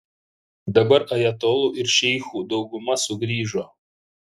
dabar ajatolų ir šeichų dauguma sugrįžo